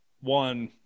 one